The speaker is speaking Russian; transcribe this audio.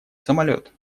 самолёт